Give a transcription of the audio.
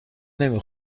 نمی